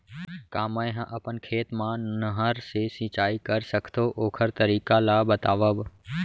का मै ह अपन खेत मा नहर से सिंचाई कर सकथो, ओखर तरीका ला बतावव?